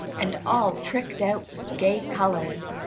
and all tricked out with gay colors,